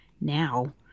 now